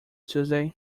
tuesday